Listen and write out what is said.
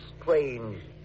strange